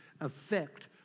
affect